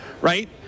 right